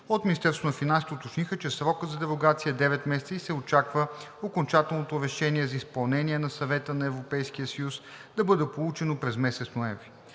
на финансите уточниха, че срокът за дерогация е 9 месеца и се очаква окончателното решение за изпълнение на Съвета на Европейския съюз да бъде получено през месец ноември.